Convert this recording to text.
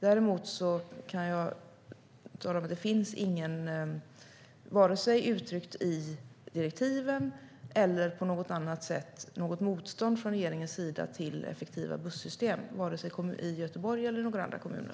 Däremot kan jag tala om att det varken uttryckt i direktiven eller på något annat sätt finns något motstånd mot effektiva bussystem från regeringens sida - vare sig i Göteborg eller några andra kommuner.